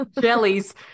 jellies